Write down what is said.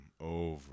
over